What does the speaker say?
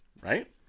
Right